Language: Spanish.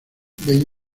ven